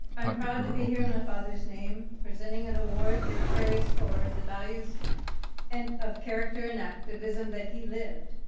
i'm proud to be here in my father's name presenting an award that carries forward the values and of character and activism that he lived.